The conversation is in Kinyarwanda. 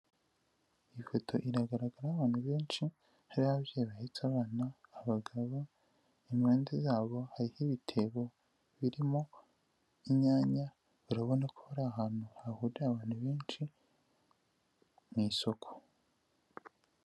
Iyi foto iragaragaraho abantu benshi hariho ababyeyi bahetse abana, abagabo impande zabo hariho ibitebo birimo inyanya, urabona ko bari ahantu hahurira abantu benshi, mu isoko.